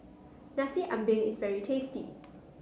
Nasi Ambeng is very tasty